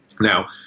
Now